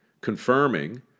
confirming